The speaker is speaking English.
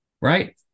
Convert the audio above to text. Right